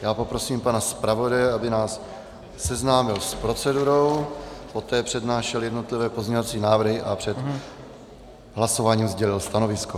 Já poprosím pana zpravodaje, aby nás seznámil s procedurou, poté přednášel jednotlivé pozměňovací návrhy a před hlasováním sdělil stanovisko.